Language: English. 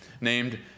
named